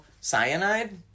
Cyanide